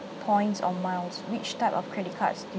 points or miles which type of credit cards you